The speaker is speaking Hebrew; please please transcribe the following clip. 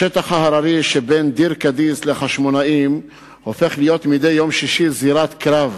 השטח ההררי שבין דיר-קדיס לחשמונאים הופך מדי יום שישי לזירת קרב.